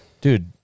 dude